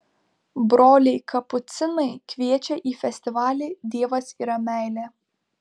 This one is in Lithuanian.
broliai kapucinai kviečia į festivalį dievas yra meilė